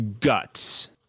guts